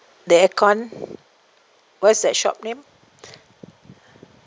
the aircon what's that shop name